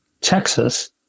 Texas